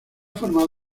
formado